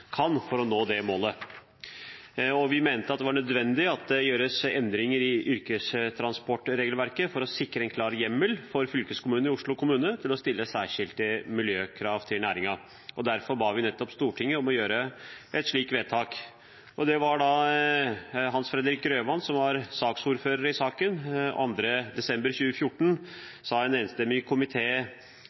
kan for å nå målet.» Vi mente det var «nødvendig at det gjøres endringer i yrkestransportregelverket for å sikre en klar hjemmel for fylkeskommunene og Oslo kommune til å stille særskilte miljøkrav til næringen». Derfor ba vi nettopp Stortinget om å gjøre et slikt vedtak. Det var Hans Fredrik Grøvan som var ordfører for saken. Den 2. desember 2014 sa en enstemmig